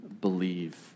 believe